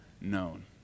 known